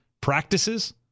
practices